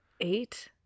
Eight